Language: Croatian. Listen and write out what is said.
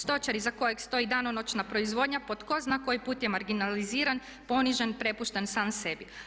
Stočari iza stoji danonoćna proizvodnja po tko zna koji put je marginaliziran, ponižen, prepušten sam sebi.